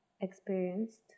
experienced